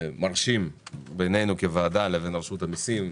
מרשים בין הוועדה לבין רשות המיסים,